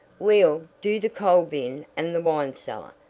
we'll do the coal-bin and the wine cellar.